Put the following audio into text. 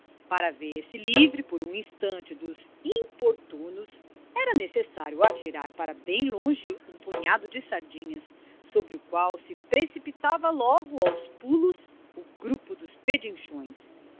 para ver-se livre por um instante dos importunos era necessário atirar para bem longe um punhado de sardinhas sobre o qual se precipitava logo aos pulos o grupo dos pedinchões